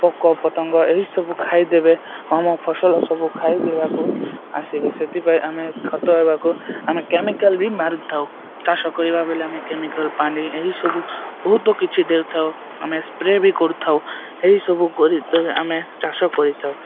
ପୋକ ପତଙ୍ଗ ଏହିସବୁ ଖାଇଦେବେ ଆମ ଫସଲ ସବୁ ଖାଇଦେବାକୁ ଆସିବେ ସେଥିପାଇଁ ଆମେ ଖତ ହେବାକୁ ଆମେ କେମିକାଲ ବି ମାରିଥାଉ ଚାଷ କରିବା ବେଲେ ଆମେ କେମିକାଲ୍ ପାଣି ଏହିସବୁ ବହୁତ କିଛି ଦେଉଥାଉ ଆମେ ସ୍ପ୍ରେ ବି କରୁଥାଉ ଏହିସବୁ କରି ଆମେ ଚାଷ କରିଥାଉ